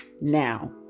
now